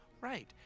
right